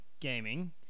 gaming